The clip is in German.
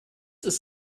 ist